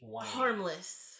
harmless